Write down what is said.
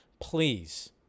Please